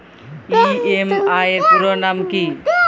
EMI এর পুরোনাম কী?